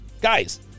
Guys